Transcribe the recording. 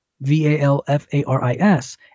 V-A-L-F-A-R-I-S